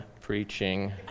preaching